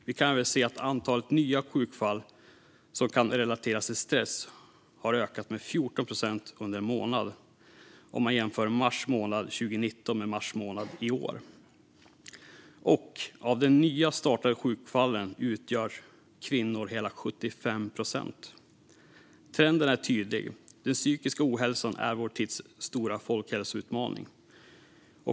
Vi kan även se, vid en jämförelse mellan mars månad år 2019 och mars månad i år, att antalet nya sjukfall som kan relateras till stress har ökat med 14 procent under samma månad. Och av de nya sjukfallen utgör kvinnor hela 75 procent. Trenden är tydlig: Den psykiska ohälsan är vår tids stora folkhälsoutmaning.